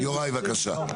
יוראי, בבקשה.